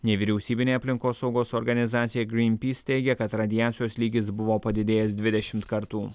nevyriausybinė aplinkosaugos organizacija greenpeace teigia kad radiacijos lygis buvo padidėjęs dvidešimt kartų